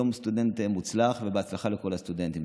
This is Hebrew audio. יום סטודנט מוצלח ובהצלחה לכל הסטודנטים.